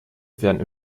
werden